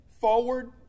forward